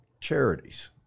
charities